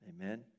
Amen